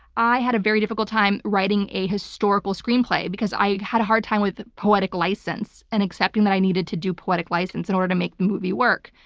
i had a very difficult time writing a historical screenplay because i had a hard time with poetic license and accepting that i needed to do poetic license in order to make the movie work.